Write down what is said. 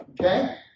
Okay